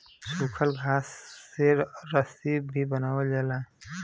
सूखल घास से रस्सी भी बनावल जाला